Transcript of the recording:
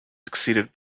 succeeded